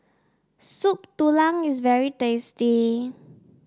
Soup Tulang is very tasty